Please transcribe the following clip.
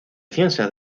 ciencias